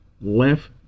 left